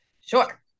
Sure